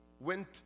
went